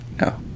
No